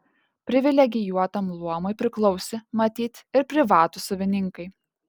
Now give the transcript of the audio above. privilegijuotam luomui priklausė matyt ir privatūs savininkai